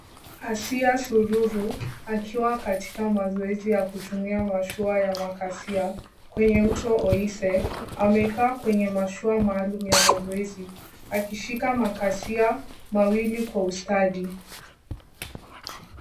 Asiya Sururu, akiwa katika mazoezi ya kutumia mashua ya makasia, kwenye mto Oise, amekaa kwenye mashua maalum ya mazoezi, akishika makasia mawili kwa ustadi.